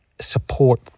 support